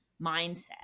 mindset